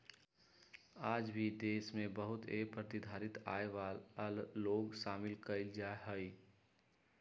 आज भी देश में बहुत ए प्रतिधारित आय वाला लोग शामिल कइल जाहई